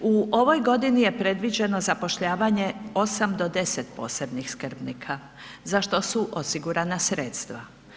U ovoj godini je predviđeno zapošljavanje 8-10 posebnih skrbnika za što su osigurana sredstva.